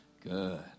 Good